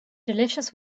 delicious